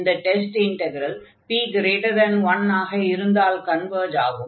இந்த test integral p1 ஆக இருந்தால் கன்வர்ஜ் ஆகும்